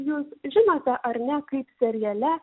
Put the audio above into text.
jūs žinote ar ne kaip seriale